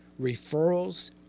referrals